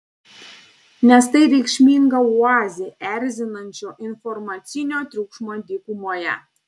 nes tai reikšminga oazė erzinančio informacinio triukšmo dykumoje